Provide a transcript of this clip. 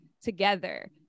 together